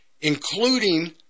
including